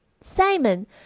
Simon